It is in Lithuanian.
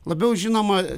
labiau žinoma